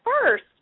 first